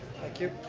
thank you.